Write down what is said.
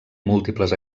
múltiples